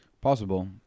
Possible